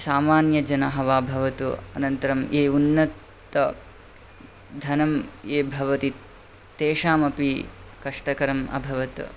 सामान्य जनाः वा भवतु अनन्तरम् उन्नत् धनं ये भवति तेषामपि कष्टकरम् अभवत्